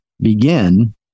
begin